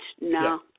no